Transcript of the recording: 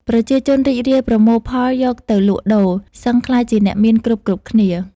ប្រជាជន រីករាយប្រមូលផលយកទៅលក់ដូរ សឹងក្លាយជាអ្នកមាន គ្រប់ៗ គ្នា ។